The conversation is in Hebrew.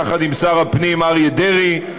יחד עם שר הפנים אריה דרעי,